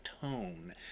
tone